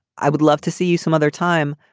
i would love to see you some other time.